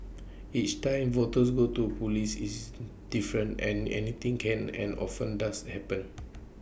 each time voters go to Police is different and anything can and often does happen